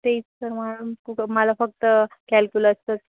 तेच मग कुठं मला फक्त कॅल्क्युलसचंच